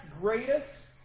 greatest